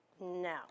No